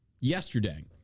Yesterday